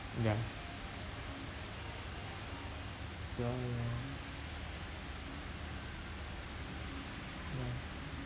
ya ya lor ya lor ya